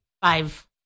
five